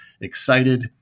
Excited